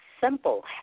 simple